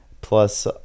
plus